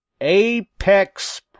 Apex